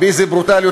באיזו ברוטליות,